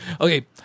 Okay